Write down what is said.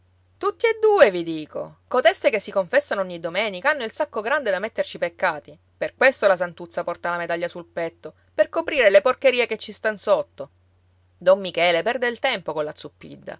tutte e due vi dico coteste che si confessano ogni domenica hanno il sacco grande da metterci i peccati per questo la santuzza porta la medaglia sul petto per coprire le porcherie che ci stan sotto don michele perde il tempo colla